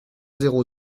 zéro